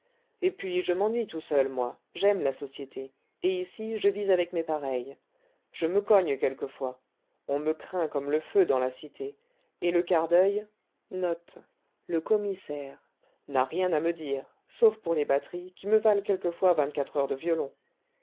et puis je m'ennuie tout seul moi j'aime la société et ici je vis avec mes pareils je me cogne quelquefois on me craint comme le feu dans la cité et le quart d'oeil n'a rien à me dire sauf pour les batteries qui me valent quelquefois vingt-quatre heures de violon